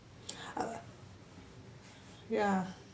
uh ya